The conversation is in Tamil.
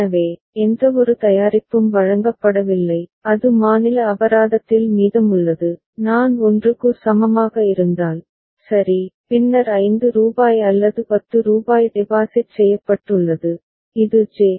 எனவே எந்தவொரு தயாரிப்பும் வழங்கப்படவில்லை அது மாநில அபராதத்தில் மீதமுள்ளது நான் 1 க்கு சமமாக இருந்தால் சரி பின்னர் ரூபாய் 5 அல்லது ரூபாய் 10 டெபாசிட் செய்யப்பட்டுள்ளது இது ஜெ